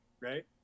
right